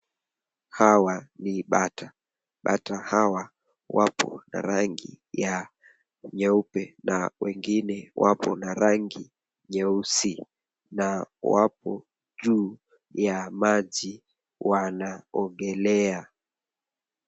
Hawa ni bata. Bata hawa wapo na rangi ya nyeupe na wengine wapo na rangi nyeusi na wapo juu ya maji wanaogelea.